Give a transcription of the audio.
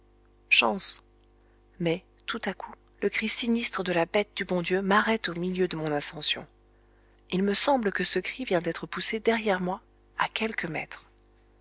chance mais tout à coup le cri sinistre de la bête du bon dieu m'arrête au milieu de mon ascension il me semble que ce cri vient d'être poussé derrière moi à quelques mètres